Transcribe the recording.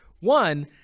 One